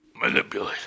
Manipulate